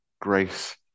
grace